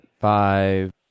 Five